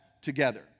together